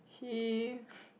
he